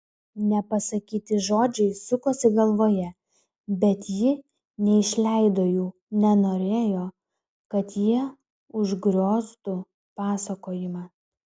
nepasakyti žodžiai sukosi galvoje bet ji neišleido jų nenorėjo kad jie užgrioztų pasakojimą